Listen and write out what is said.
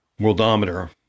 worldometer